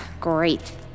Great